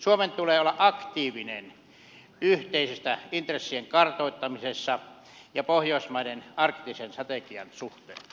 suomen tulee olla aktiivinen yhteisten intressien kartoittamisessa ja pohjoismaiden arktisen strategian suhteen